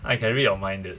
I can read read your mind dude